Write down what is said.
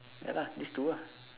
ya lah these two ah